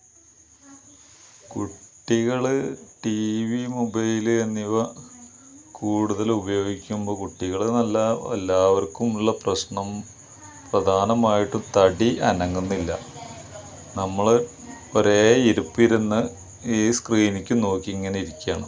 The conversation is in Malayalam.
കുട്ടികള് ടിവി മൊബൈല് എന്നിവ കൂടുതലുപയോഗിക്കുമ്പോള് കുട്ടികളെന്നല്ല എല്ലാവർക്കും ഉള്ള പ്രശ്നം പ്രധാനമായിട്ടും തടി അനങ്ങുന്നില്ല നമ്മള് ഒരേ ഇരിപ്പിരുന്ന് ഈ സ്ക്രീനിലേക്ക് നോക്കി ഇങ്ങനിരിക്കുകയാണ്